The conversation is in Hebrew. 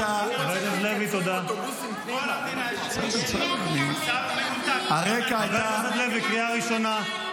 חבר הכנסת לוי, קריאה ראשונה.